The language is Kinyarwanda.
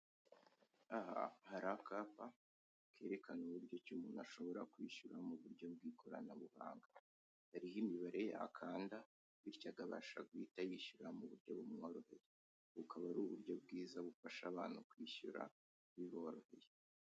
Aha hari akapa kerekana uburyo ki umuntu ashobora kwishyura mu buryo bw'ikoranabuhanga, hariho imibare yakanda bityo akabasha guhita yishyura mu buryo bumworohe, bukaba ari uburyo bwiza bufasha abantu kwishyura biboroheye.